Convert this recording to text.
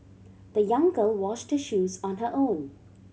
the young girl washed shoes on her own